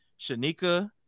shanika